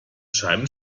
scheiben